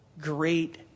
great